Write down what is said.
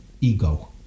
ego